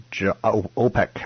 OPEC